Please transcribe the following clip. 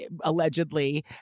allegedly